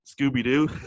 Scooby-Doo